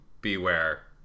beware